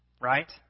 Right